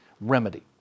remedy